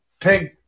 pig